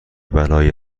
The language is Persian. برای